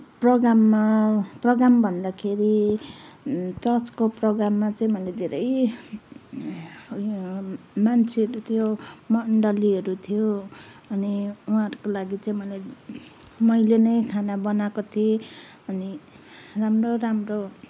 प्रोग्राममा प्रोग्राम भन्दाखेरि चर्चको प्रोग्राममा चाहिँ मैले धेरै मान्छेहरू थियो मन्डलीहरू थियो अनि उहाँहरूको लागि चाहिँ मैले मैले नै खाना बनाएको थिएँ अनि राम्रो राम्रो